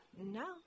no